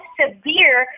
severe